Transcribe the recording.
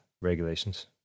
regulations